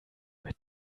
mit